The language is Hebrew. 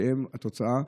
שהן התוצאה,